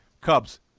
Cubs